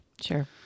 Sure